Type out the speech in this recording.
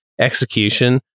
execution